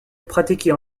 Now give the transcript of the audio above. pratiquée